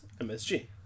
MSG